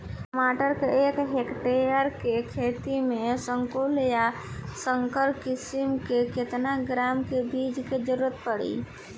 टमाटर के एक हेक्टेयर के खेती में संकुल आ संकर किश्म के केतना ग्राम के बीज के जरूरत पड़ी?